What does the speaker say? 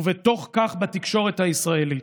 ובתוך כך בתקשורת הישראלית.